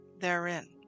therein